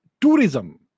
tourism